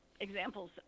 examples